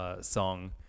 song